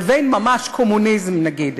לבין ממש קומוניזם נגיד.